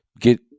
get